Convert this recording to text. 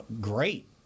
great